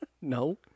No